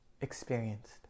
experienced